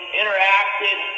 interacted